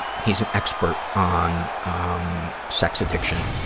he's an expert on um sex addiction,